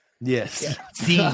Yes